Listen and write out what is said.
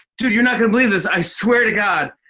dude, you're not gonna believe this. i swear to god.